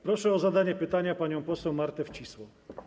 Proszę o zadanie pytania panią poseł Martę Wcisło.